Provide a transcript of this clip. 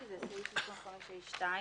סעיף 25ה2,